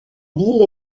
ville